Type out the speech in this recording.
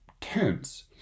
tense